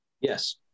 Yes